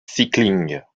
cycling